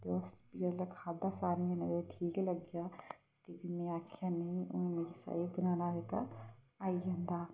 ते उसी जेल्लै खाद्धा सारें जनें ते ठीक लग्गेआ ते फ्ही में आक्खेआ नेईं हून मिगी स्हेई बनाना जेह्का आई जंदा